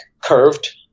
curved